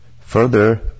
further